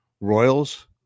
Royals